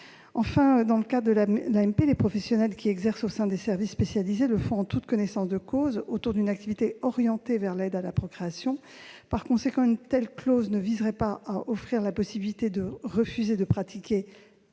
médicale à la procréation, les professionnels qui exercent au sein des services spécialisés le font en toute connaissance de cause, autour d'une activité orientée vers l'aide à la procréation. Par conséquent, une telle clause ne viserait pas à offrir la possibilité de refuser de pratiquer